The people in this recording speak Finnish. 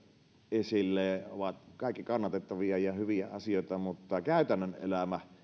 esille ovat kaikki kannatettavia ja hyviä asioita mutta käytännön elämä